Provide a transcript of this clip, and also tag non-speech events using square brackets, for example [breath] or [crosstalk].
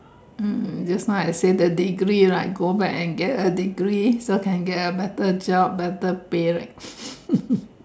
um just now I say the degree right go back and get a degree so can get a better job better pay right [breath]